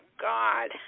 God